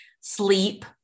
Sleep